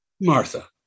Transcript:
Martha